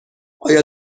آیا